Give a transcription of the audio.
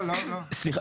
לא --- סליחה,